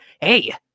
Hey